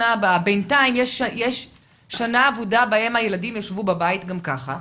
בינתיים יש שנה אבודה בה הילדים ישבו בבית גם ככה,